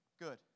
Good